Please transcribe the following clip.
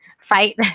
fight